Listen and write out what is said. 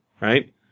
right